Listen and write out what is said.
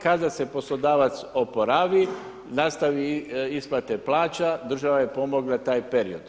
Kada se poslodavac oporavi nastavi isplate plaća, država je pomogla taj period.